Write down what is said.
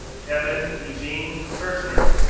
kevin eugene kirschner,